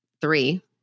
three